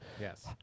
Yes